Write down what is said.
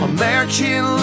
American